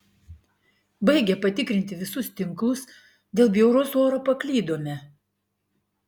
baigę patikrinti visus tinklus dėl bjauraus oro paklydome